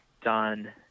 done